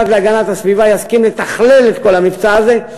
מוועדת הפנים ושאלו אם המשרד להגנת הסביבה יסכים לתכלל את כל המבצע הזה.